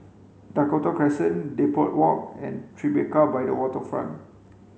Dakota Crescent Depot Walk and Tribeca by the Waterfront